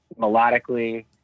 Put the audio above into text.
Melodically